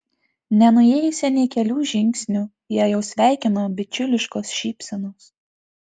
nenuėjusią nė kelių žingsnių ją jau sveikino bičiuliškos šypsenos